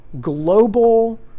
global